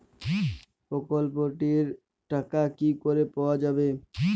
প্রকল্পটি র টাকা কি করে পাওয়া যাবে?